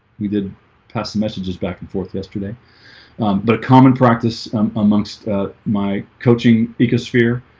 we did pass the messages back and forth yesterday but common practice amongst my coaching ecosphere